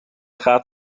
gaat